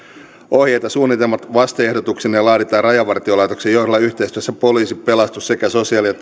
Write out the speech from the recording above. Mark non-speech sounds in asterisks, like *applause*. ohjeet ja suunnitelmat vaste ehdotuksineen laaditaan rajavartiolaitoksen johdolla yhteistyössä poliisin pelastus sekä sosiaali ja *unintelligible*